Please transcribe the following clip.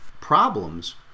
problems